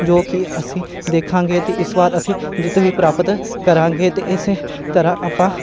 ਜੋ ਕਿ ਅਸੀਂ ਦੇਖਾਂਗੇ ਅਤੇ ਇਸ ਵਾਰ ਅਸੀਂ ਜਿੱਤ ਵੀ ਪ੍ਰਾਪਤ ਕਰਾਂਗੇ ਅਤੇ ਇਸੇ ਤਰ੍ਹਾਂ ਆਪਾਂ